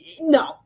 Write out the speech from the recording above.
no